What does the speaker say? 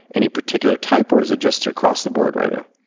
any particular type or is it just across the board writer?